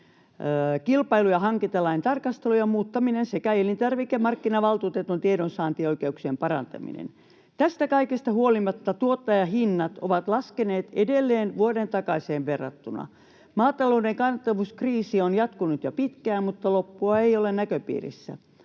kilpailu- ja hankintalain tarkastelu ja muuttaminen sekä elintarvikemarkkinavaltuutetun tiedonsaantioikeuksien parantaminen.” Tästä kaikesta huolimatta tuottajahinnat ovat laskeneet edelleen vuoden takaiseen verrattuna. Maatalouden kannattavuuskriisi on jatkunut jo pitkään, mutta loppua ei ole näköpiirissä.